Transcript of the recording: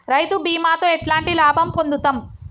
రైతు బీమాతో ఎట్లాంటి లాభం పొందుతం?